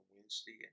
Wednesday